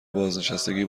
بازنشستگی